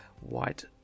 white